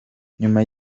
nyuma